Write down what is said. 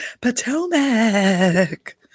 Potomac